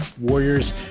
Warriors